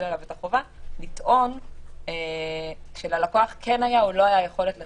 עליו את החובה לטעון שללקוח כן הייתה או לא הייתה יכולת לכסות.